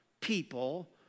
people